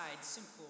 simple